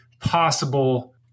possible